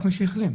רק מי שהחלים.